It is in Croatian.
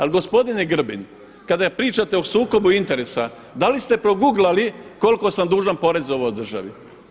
Ali gospodine Grbin, kada pričate o sukobu interesa da li ste „proguglali“ koliko sam dužan poreza u ovoj državi?